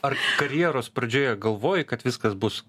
ar karjeros pradžioje galvojai kad viskas bus